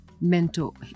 mental